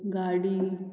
गाडी